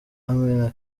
amani